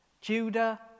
Judah